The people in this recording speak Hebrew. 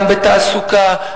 גם בתעסוקה,